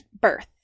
birth